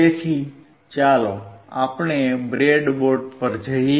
તેથી ચાલો આપણે બ્રેડબોર્ડ પર જોઈએ